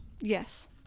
Yes